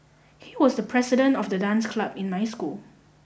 he was the president of the dance club in my school